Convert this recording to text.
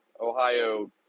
ohio